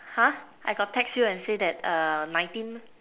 I got text you and say that nineteen